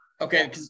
okay